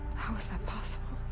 how is that possible?